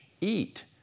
eat